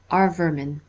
are vermin.